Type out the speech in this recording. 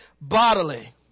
bodily